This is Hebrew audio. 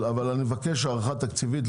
אני מבקש הערכה תקציבית לזה.